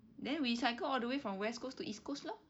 then we cycle all the way from west coast to east coast lor